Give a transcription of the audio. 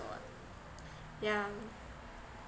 yeah